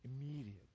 Immediately